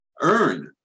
Earn